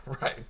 Right